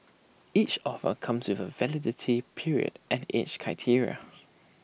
each offer comes with A validity period and age criteria